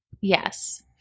Yes